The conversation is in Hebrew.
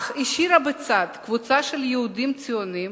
אך השאירה בצד קבוצה של יהודים ציונים,